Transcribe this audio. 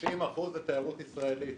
90% זה תיירות ישראלית,